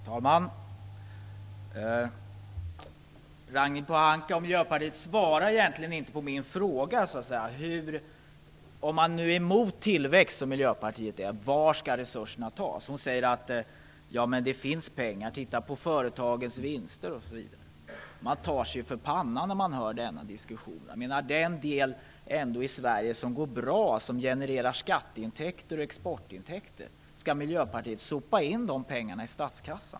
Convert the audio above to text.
Fru talman! Ragnhild Pohanka och Miljöpartiet svarar egentligen inte på min fråga. Om man nu som Miljöpartiet är emot tillväxt måste man veta var resurserna skall tas. Ragnhild Pohanka säger att det finns pengar, t.ex. i företagens vinster. Man tar sig för pannan när man hör denna diskussion. Det finns det som går bra i Sverige och som genererar skatte och exportintäkter. Skall Miljöpartiet sopa in de pengarna i statskassan?